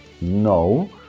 No